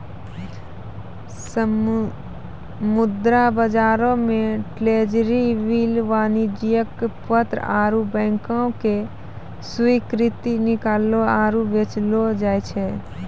मुद्रा बजारो मे ट्रेजरी बिल, वाणिज्यक पत्र आरु बैंको के स्वीकृति किनलो आरु बेचलो जाय छै